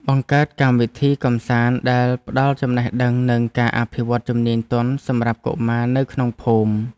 បង្កើតកម្មវិធីកម្សាន្តដែលផ្តល់ចំណេះដឹងនិងការអភិវឌ្ឍជំនាញទន់សម្រាប់កុមារនៅក្នុងភូមិ។